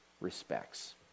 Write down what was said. respects